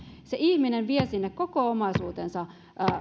se ihminen vie sinne koko omaisuutensa